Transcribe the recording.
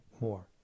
more